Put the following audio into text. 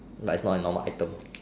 but it's not a normal item